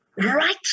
right